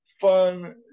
fun